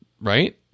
right